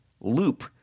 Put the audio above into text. loop